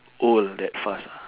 old that fast ah